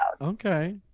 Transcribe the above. Okay